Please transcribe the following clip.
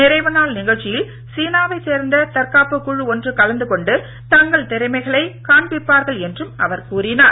நிறைவு நாள் நிகழ்ச்சிகளில் சீனாவை சேர்ந்த தற்காப்பு குழு ஒன்று கலந்து கொண்டு தங்கள் திறமைகளை காண்பிப்பார்கள் என்றும் அவர் கூறினார்